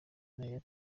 n’iya